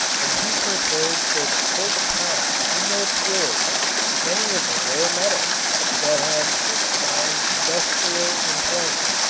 and he prepared for the first time in their purity many of the rare metals that have since found industrial employment.